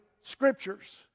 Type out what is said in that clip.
Scriptures